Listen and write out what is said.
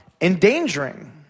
endangering